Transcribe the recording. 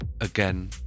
again